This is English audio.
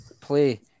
play